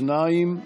שניים,